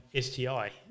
STI